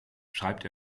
schreibt